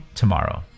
tomorrow